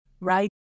right